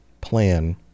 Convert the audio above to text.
plan